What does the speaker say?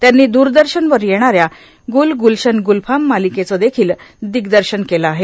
त्यांनी दूरदर्शनवर येणाऱ्या गुलगुलशन गुलफाम मालिकेचं देखील दिग्दर्शन केलं आहे